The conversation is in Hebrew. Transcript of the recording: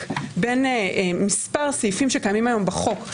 בין כמה סעיפים שקיימים היום בחוק,